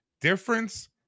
difference